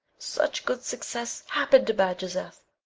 such good success happen to bajazeth!